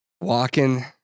walking